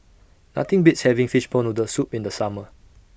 Nothing Beats having Fishball Noodle Soup in The Summer